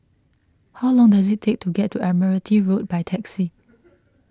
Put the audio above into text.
how long does it take to get to Admiralty Road by taxi